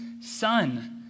son